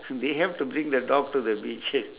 they have to bring the dog to the beach